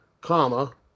comma